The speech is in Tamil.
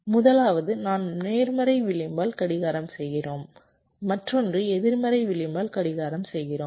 முதலாவது நாம் நேர்மறை விளிம்பால் கடிகாரம் செய்கிறோம் மற்றொன்று எதிர்மறை விளிம்பால் கடிகாரம் செய்கிறோம்